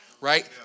right